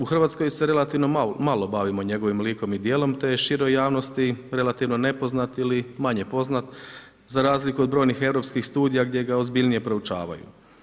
U Hrvatskoj se relativno malo bavimo njegovim likom i djelom te je široj javnosti relativno nepoznat ili manje poznat za razliku od brojnih europskih studija gdje ga ozbiljnije proučavaju.